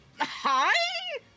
Hi